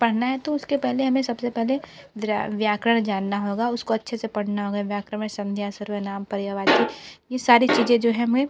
पढ़ना है तो उसके पहले हमें सबसे पहले द्रा व्याकरण जानना होगा उसको अच्छे से पढ़ना होगा व्याकरण में संध्या सर्वनाम पर्यायवाची ये सारी चीज़ें जो हैं हमें